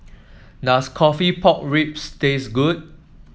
does coffee Pork Ribs taste good